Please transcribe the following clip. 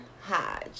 Hodge